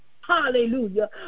hallelujah